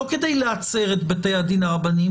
לא כדי להצר את בתי הדין הרבניים,